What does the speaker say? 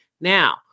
Now